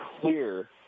clear